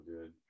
good